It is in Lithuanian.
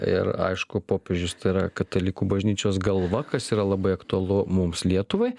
ir aišku popiežius tai yra katalikų bažnyčios galva kas yra labai aktualu mums lietuvai